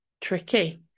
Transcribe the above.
Tricky